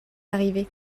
arrivée